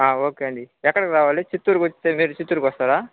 okay అండి ఎక్కడికి రావాలి చిత్తూరుకి వస్తే మీరు చిత్తూరుకి వస్తారా